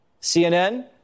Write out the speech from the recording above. CNN